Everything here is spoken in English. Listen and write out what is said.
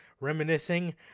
reminiscing